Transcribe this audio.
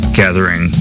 gathering